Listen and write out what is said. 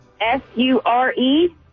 S-U-R-E